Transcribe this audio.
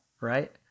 Right